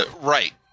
Right